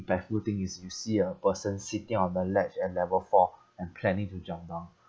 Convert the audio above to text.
baffle thing is you see a person sitting on the ledge at level four and planning to jump down